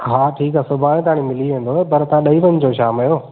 हा ठीकु आहे सुभाणे ताणी मिली वेंदव पर तव्हां ॾेई वञिजो शाम जो